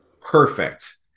perfect